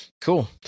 Cool